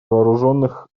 вооруженных